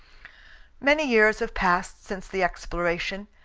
many years have passed since the exploration,